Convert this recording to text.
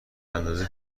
اندازه